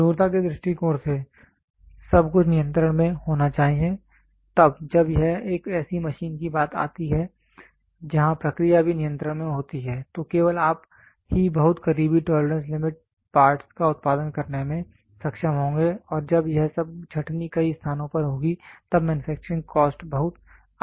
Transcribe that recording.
कठोरता के दृष्टिकोण से सब कुछ नियंत्रण में होना चाहिए तब जब यह एक ऐसी मशीन की बात आती है जहां प्रक्रिया भी नियंत्रण में होती है तो केवल आप ही बहुत करीबी टोलरेंस लिमिट पार्ट्स का उत्पादन करने में सक्षम होंगे और जब यह सब छंटनी कई स्थानों पर होगी तब मैन्युफैक्चरिंग कॉस्ट बहुत अधिक बढ़ जाती है